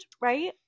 right